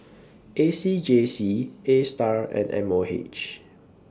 A C J C A STAR and M O H